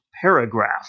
paragraph